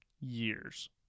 years